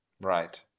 right